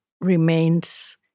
remains